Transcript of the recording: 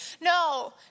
no